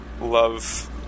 love